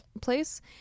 place